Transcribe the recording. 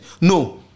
No